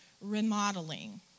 remodeling